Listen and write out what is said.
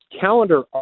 calendar